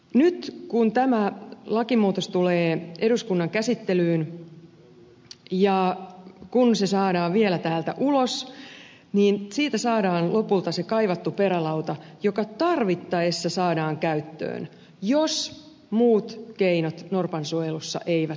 nyt kun tämä lakimuutos tulee eduskunnan käsittelyyn ja kun se saadaan vielä täältä ulos niin siitä saadaan lopulta se kaivattu perälauta joka tarvittaessa saadaan käyttöön jos muut keinot norpan suojelussa eivät auta